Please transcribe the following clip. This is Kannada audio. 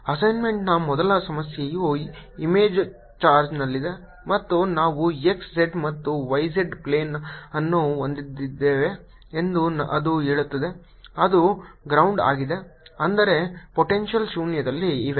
ಅಸೈನ್ಮೆಂಟ್ನ ಮೊದಲ ಸಮಸ್ಯೆಯು ಇಮೇಜ್ ಚಾರ್ಜ್ನಲ್ಲಿದೆ ಮತ್ತು ನಾವು x z ಮತ್ತು y z ಪ್ಲೇನ್ ಅನ್ನು ಹೊಂದಿದ್ದೇವೆಯೇ ಎಂದು ಅದು ಹೇಳುತ್ತದೆ ಅದು ಗ್ರೌಂಡ್ ಆಗಿದೆ ಅಂದರೆ ಪೊಟೆಂಶಿಯಲ್ ಶೂನ್ಯದಲ್ಲಿ ಇವೆ